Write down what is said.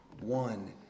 one